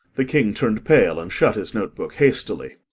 the king turned pale, and shut his note-book hastily.